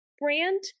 brand